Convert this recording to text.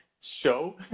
show